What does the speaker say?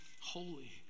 holy